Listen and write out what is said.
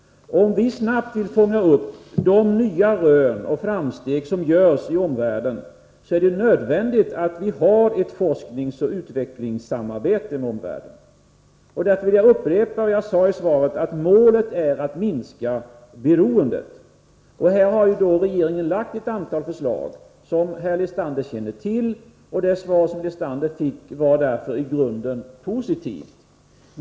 Om vi snabbt vill fånga upp de nya rön och framsteg som görs i omvärlden, är det nödvändigt att vi har ett forskningsoch utvecklingssamarbete med omvärlden. Därför vill jag upprepa vad jag sade i svaret, att målet är att minska beroendet. Regeringen har här lagt fram ett antal förslag, som herr Lestander känner till. Det svar som herr Lestander fick var därför i grunden positivt.